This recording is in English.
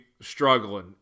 struggling